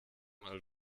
mal